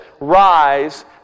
Rise